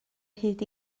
hyd